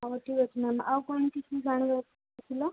ହଉ ଠିକ୍ ଅଛି ମ୍ୟାମ୍ ଆଉ କ'ଣ କିଛି ଜାଣିବା ଥିଲା